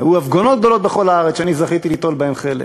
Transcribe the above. היו הפגנות גדולות בכל הארץ שאני זכיתי ליטול בהן חלק.